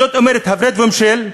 זאת אומרת הפרד ומשול,